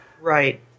Right